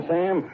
Sam